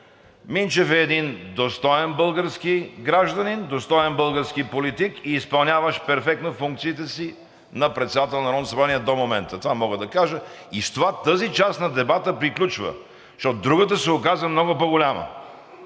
Минчев е един достоен български гражданин, достоен български политик и изпълняващ перфектно функциите си на председател на Народното събрание до момента. Това мога да кажа и с това тази част на дебата приключва, защото другата се оказа много по-голяма.